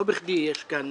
לא בכדי יש כאן